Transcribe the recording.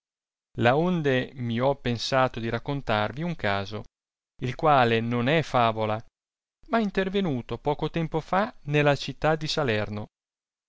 potesse laonde mi ho pensato di raccontarvi un caso il quale non è favola ma intervenuto poco tempo fa nella città di salerno